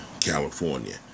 California